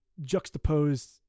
juxtaposed